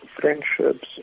friendships